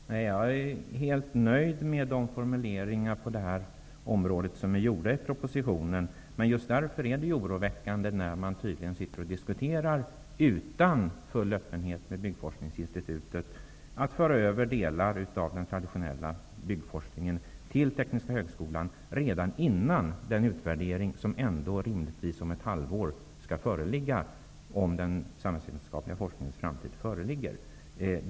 Fru talman! Jag är helt nöjd med propositionens formuleringar. Men just därför är det oroväckande att man tydligen utan full öppenhet diskuterar med Byggforskningsinstitutet om att föra över delar av den traditionella byggforskningen till Tekniska högskolan redan innan resultatet av utvärderingen av den samhällsvetenskapliga forskningens framtid föreligger.